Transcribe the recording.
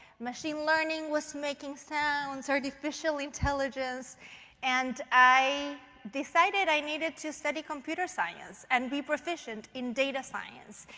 machine learning was making sound. artificial intelligence and i decided i needed to study computer science and be proficient in data science.